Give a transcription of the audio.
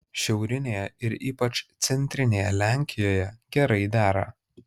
šiaurinėje ir ypač centrinėje lenkijoje gerai dera